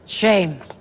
Shame